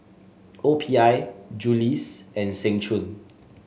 O P I Julie's and Seng Choon